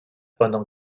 pendant